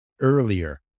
earlier